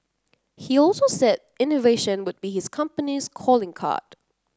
he also said innovation would be his company's calling card